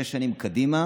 שש שנים קדימה,